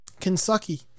Kentucky